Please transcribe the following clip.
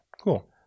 Cool